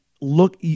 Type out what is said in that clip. look